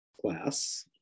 class